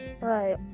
Right